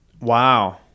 Wow